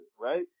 right